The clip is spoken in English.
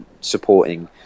supporting